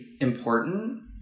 important